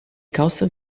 calça